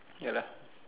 ya lah